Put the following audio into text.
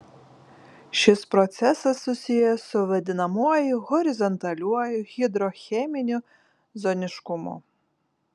šis procesas susijęs su vadinamuoju horizontaliuoju hidrocheminiu zoniškumu